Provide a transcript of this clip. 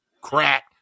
crack